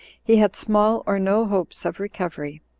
he had small or no hopes of recovery.